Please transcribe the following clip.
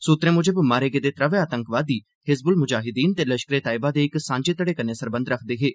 सुत्तरें मुजब मारे गेदे त्रवै आतंकवादी हिज़बुल मुजाहिद्दीन ते लश्करे तैयबा दे इक सांझे घड़े कन्नै सरबंध रक्खदे हे